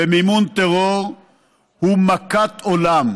ומימון טרור הוא מכת עולם.